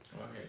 Okay